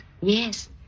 Yes